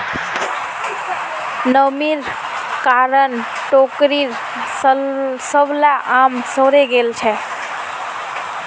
नमीर कारण टोकरीर सबला आम सड़े गेल छेक